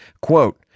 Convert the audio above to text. quote